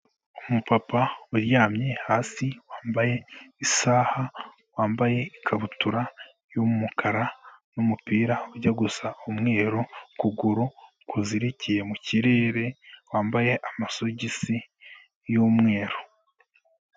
Umupapa uryamye hasi wambaye isaha, wambaye ikabutura y'umukara n'umupira ujya gusa umweru, ukuguru kuzirikiye mu kirere wambaye amasogisi y'umweru.